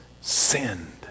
sinned